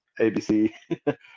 ABC